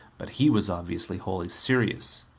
but he was obviously wholly serious.